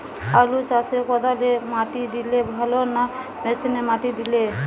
আলু চাষে কদালে মাটি দিলে ভালো না মেশিনে মাটি দিলে?